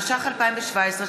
התשע"ח 2017,